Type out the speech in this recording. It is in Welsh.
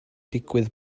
digwydd